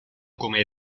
come